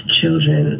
children